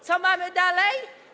Co mamy dalej?